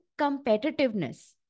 competitiveness